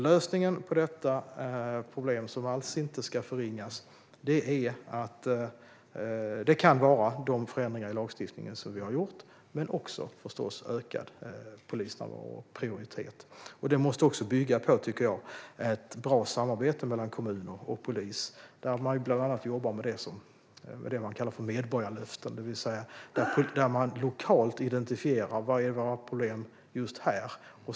Lösningen på detta problem, som alls inte ska förringas, kan vara de förändringar i lagstiftningen som vi har gjort men också förstås ökad polisnärvaro och prioritet. Det måste också bygga på ett bra samarbete mellan kommuner och polis där man bland annat jobbar med det man kallar för medborgarlöften. Där identifierar man lokalt: Vilka är våra problem just här?